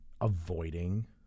avoiding